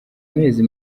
amezi